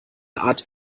art